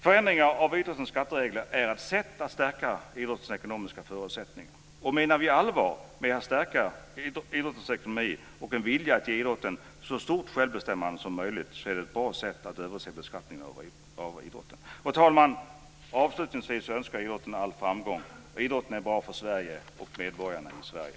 Förändring av idrottens skatteregler är ett sätt att stärka idrottens ekonomiska förutsättningar. Menar vi allvar med att stärka idrottens ekonomi och har en vilja att ge idrotten så stort självbestämmande som möjligt är det ett bra sätt att se över beskattningen av idrotten. Fru talman! Avslutningsvis önskar jag idrotten all framgång. Idrotten är bra för Sverige och medborgarna i Sverige.